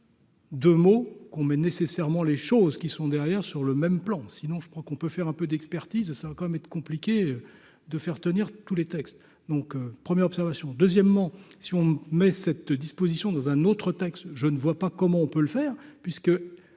phrase. 2 mots qu'on met nécessairement les choses qui sont derrière, sur le même plan, sinon je crois qu'on peut faire un peu d'expertise, ça va quand même être compliqué de faire tenir tous les textes donc premières observations, deuxièmement, si on met cette disposition dans un autre texte, je ne vois pas comment on peut le faire puisque